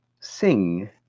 Sing